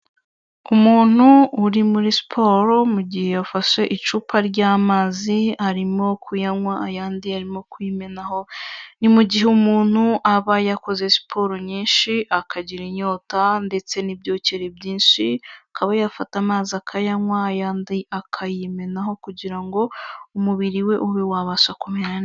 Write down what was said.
Umuntu uri muri siporo mu gihe yafashe icupa ry'amazi arimo kuyanywa ayandi arimo kuyimenaho, ni mu gihe umuntu aba yakoze siporo nyinshi akagira inyota ndetse n'ibyokere byinshi akaba yafata amazi akayanywa ayandi akayimenaho kugira ngo umubiri we ube wabasha kumera neza.